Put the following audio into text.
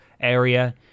area